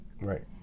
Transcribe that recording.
right